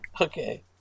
okay